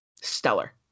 stellar